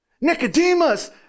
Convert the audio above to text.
Nicodemus